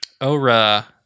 Ora